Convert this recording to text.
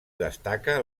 destaca